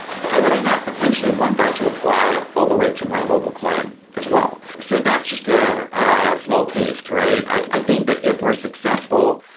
why would i not potentially want that to apply all the way to my mobile client as well? so, that's just ah a small taste, right? i think that if we're successful,